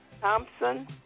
Thompson